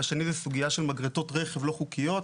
השני זה סוגיה של מגרטות רכב לא חוקיות.